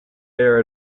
bear